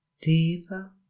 deeper